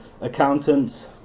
accountants